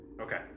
Okay